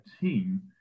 team